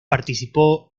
participó